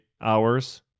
hours